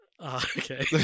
Okay